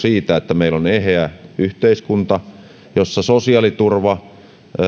siitä että meillä on eheä yhteiskunta jossa sosiaaliturva